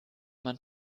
man